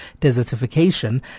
Desertification